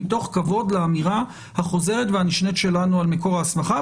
מתוך כבוד לאמירה החוזרת והנשנית שלנו על מקור ההסמכה.